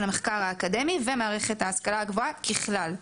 המחקר האקדמי ומערכת ההשכלה הגבוהה ככלל.